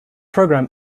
program